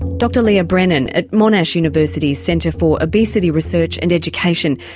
dr leah brennan at monash university's centre for obesity research and education.